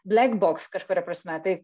black box kažkuria prasme tai